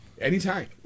Anytime